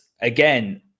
again